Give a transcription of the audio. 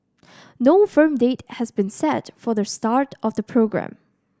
no firm date has been set for the start of the programme